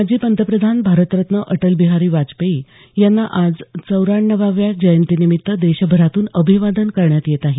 माजी पंतप्रधान भारतरत्न अटलबिहारी वाजपेयी यांना आज चौऱ्याण्णवाव्या जयंतीनिमित्त देशभरातून अभिवादन करण्यात येत आहे